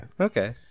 Okay